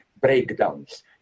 breakdowns